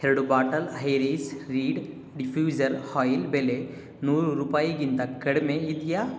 ಎರಡು ಬಾಟಲ್ ಹೈರೀಸ್ reed diffuser ಹಾಯಿಲ್ ಬೆಲೆ ನೂರು ರೂಪಾಯಿಗಿಂತ ಕಡಿಮೆ ಇದೆಯೇ